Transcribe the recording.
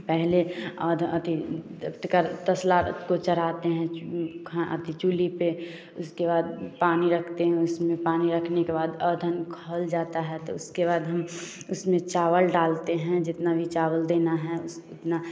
पहले आद अथी तसला को चढ़ाते हैं अथी चूल्हे पर उसके बाद पानी रखते हैं उसमें पानी रखने के बाद ओधन खौल जाता है तो उसके बाद हम उसमें चावल डालते हैं जितना भी चावल देना है उतना